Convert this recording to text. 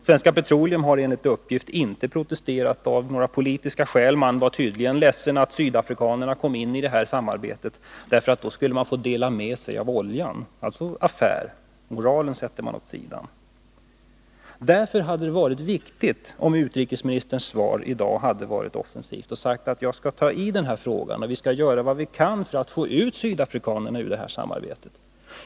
Svenska Petroleum har enligt uppgift inte protesterat av några politiska skäl. Man var tydligen ledsen över att sydafrikanerna gick med i samarbetet därför att man då skulle få dela med sig av oljan! Man har alltså protesterat av affärsskäl. Moralen sätter man åt sidan. Därför hade det varit viktigt att utrikesministerns svar i dag varit offensivt, att utrikesministern sagt att han skall ta tag i den här frågan och göra vad han kan för att få ut sydafrikanerna ur samarbetet.